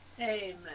Amen